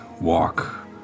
walk